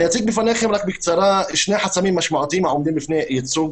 אציג בפניכם בקצרה שני חסמים משמעותיים העומדים בפני ייצוג